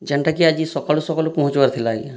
ଜେନ୍ଟାକି ଆଜି ସକାଲୁ ସକାଲୁ ପହଁଞ୍ଚିବାର ଥିଲା ଆଜ୍ଞା